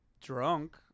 drunk